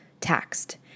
taxed